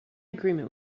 agreement